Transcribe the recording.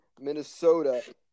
Minnesota